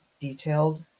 detailed